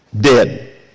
dead